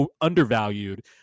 undervalued